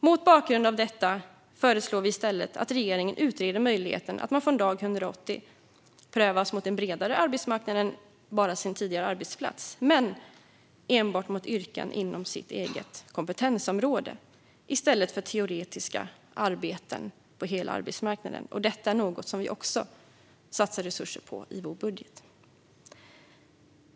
Mot bakgrund av detta föreslår vi i stället att regeringen utreder möjligheten att man från dag 180 prövas mot en bredare arbetsmarknad än bara sin tidigare arbetsplats, men enbart mot yrken inom sitt eget kompetensområde i stället för mot teoretiska arbeten på hela arbetsmarknaden. Detta är något som vi också satsar resurser på i vår budget.